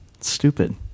Stupid